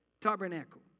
tabernacle